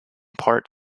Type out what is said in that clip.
part